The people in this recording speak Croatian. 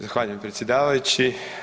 Zahvaljujem predsjedavajući.